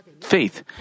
faith